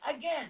Again